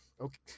okay